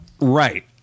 Right